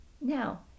Now